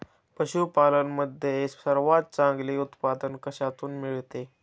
पशूपालन मध्ये सर्वात चांगले उत्पादन कशातून मिळते?